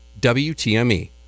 WTME